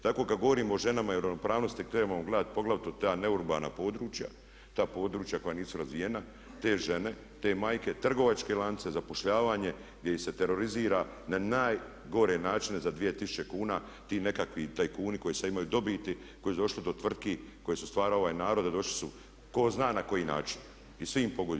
Tako kada govorimo o ženama i ravnopravnosti trebamo gledati poglavito ta neurbana područja, ta područja koja nisu razvijena, te žene, te majke, trgovačke lance, zapošljavanje gdje ih se terorizira na najgore načine za 2000 kuna ti nekakvi tajkuni koji sada imaju dobiti, koji su došli do tvrtki koje je stvarao ovaj narod a došli su tko zna na koji način i svi im pogoduju.